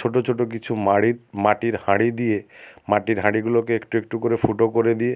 ছোটো ছোটো কিছু মাড়ির মাটির হাঁড়ি দিয়ে মাটির হাঁড়িগুলোকে একটু একটু করে ফুটো করে দিয়ে